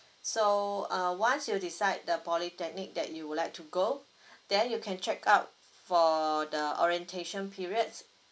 so uh once you decide the polytechnic that you would like to go then you can check out for the orientation periods